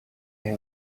have